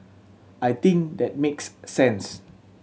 I think that makes sense